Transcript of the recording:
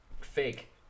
fake